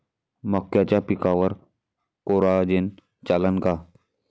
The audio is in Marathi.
मक्याच्या पिकावर कोराजेन चालन का?